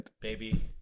baby